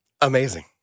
Amazing